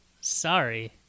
sorry